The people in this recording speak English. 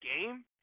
game